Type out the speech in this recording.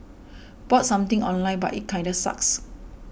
bought something online but it kinda sucks